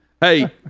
Hey